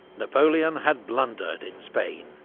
napoleon had blundered in spain.